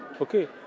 okay